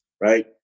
right